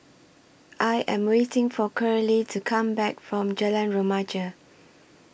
I Am waiting For Curley to Come Back from Jalan Remaja